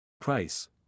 Price